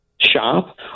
shop